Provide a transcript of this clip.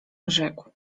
rzekł